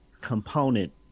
component